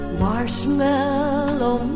marshmallow